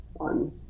on